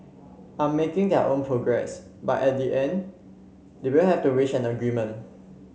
are making their own progress but at the end they will have to reach an agreement